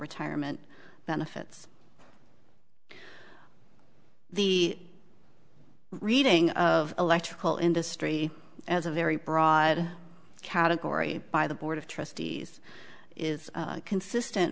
retirement benefits the reading of electrical industry as a very broad category by the board of trustees is consistent